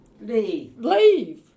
leave